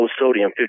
sodium